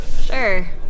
Sure